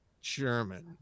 German